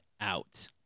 out